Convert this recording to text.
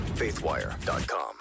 faithwire.com